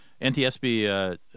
NTSB